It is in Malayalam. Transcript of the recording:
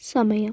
സമയം